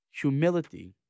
Humility